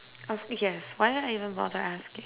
of yes why do I even bother asking